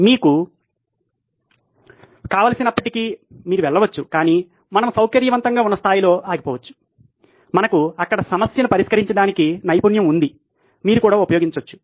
మీకు కావలసినన్నింటికి మీరు వెళ్ళవచ్చు కాని మనము సౌకర్యవంతంగా ఉన్న స్థాయిలో ఆగిపోవచ్చు మనకు నైపుణ్యం ఉంది దానిని మీరు సమస్యను పరిష్కరించడానికి అక్కడ ఉపయోగించవచ్చు